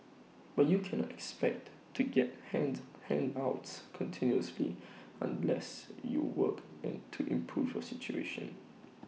but you cannot expect to get hands handouts continuously unless you work and to improve your situation